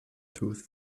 tooth